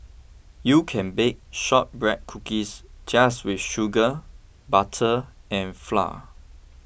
you can bake Shortbread Cookies just with sugar butter and flour